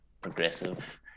progressive